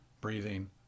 breathing